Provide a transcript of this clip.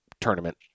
tournament